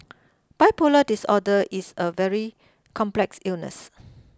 bipolar disorder is a very complex illness